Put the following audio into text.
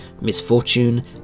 misfortune